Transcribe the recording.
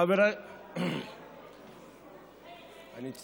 חבריי, אני צרוד.